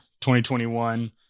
2021